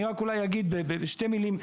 רק אולי אגיד בשתי מילים.